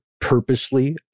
purposely